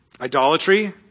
Idolatry